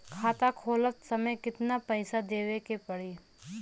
खाता खोलत समय कितना पैसा देवे के पड़ी?